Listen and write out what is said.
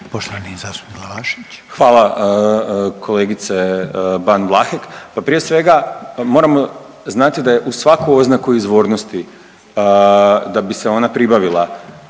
Bojan (Nezavisni)** Hvala kolegice Ban Vlahek, pa prije svega moramo znati da je uz svaku oznaku izvornosti da bi se ona pribavila